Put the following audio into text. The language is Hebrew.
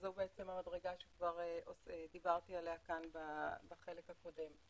שזו המדרגה שדיברתי עליה בחלק הקודם.